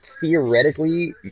Theoretically